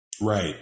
right